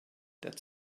that